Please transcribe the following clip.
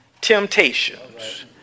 temptations